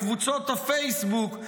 בקבוצות הפייסבוק,